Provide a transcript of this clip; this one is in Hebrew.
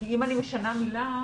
אם אני משנה מילה,